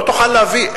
לא תוכל להביא,